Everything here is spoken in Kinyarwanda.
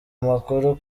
amakuru